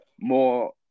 more